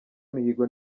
mihigo